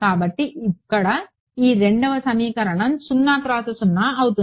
కాబట్టి ఇక్కడ ఈ 2వ సమీకరణం అవుతుంది